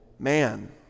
Man